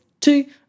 two